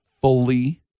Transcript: fully